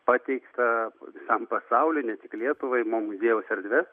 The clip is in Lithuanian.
pateiktą visam pasauliui ne tik lietuvai mo muziejaus erdves